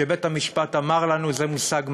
שבית-המשפט אמר לנו: זה מושג מעליב,